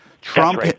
Trump